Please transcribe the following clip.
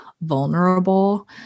vulnerable